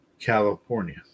California